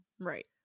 Right